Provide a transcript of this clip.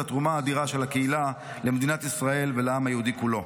התרומה האדירה של הקהילה למדינת ישראל ולעם היהודי כולו.